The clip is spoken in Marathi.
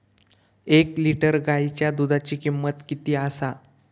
एक लिटर गायीच्या दुधाची किमंत किती आसा?